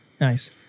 nice